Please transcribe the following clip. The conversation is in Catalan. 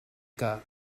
que